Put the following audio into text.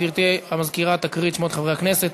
גברתי המזכירה תקריא את שמות חברי הכנסת.